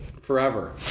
Forever